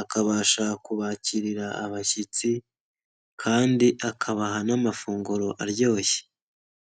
akabasha kubakirira abashyitsi kandi akabaha n'amafunguro aryoshye.